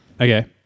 Okay